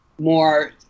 more